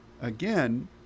Again